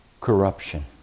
corruption